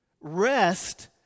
rest